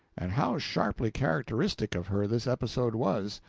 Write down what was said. and how sharply characteristic of her this episode was.